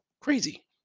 Crazy